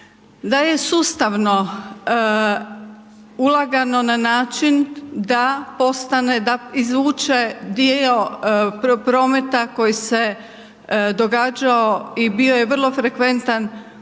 da je sustavno ulagano na način da postane, da izvuče dio prometa koji se događao i bio je vrlo frekventan